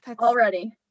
already